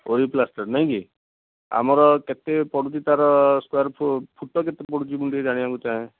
ଓରିପ୍ଲାଷ୍ଟର ନାଇଁକି ଆମର କେତେ ପଡ଼ୁଛି ତାର ସ୍କୋୟାର ଫୁ ଫୁଟ କେତେ ପଡୁଛି ମୁଁ ଟିକେ ଜାଣିବାକୁ ଚାହେଁ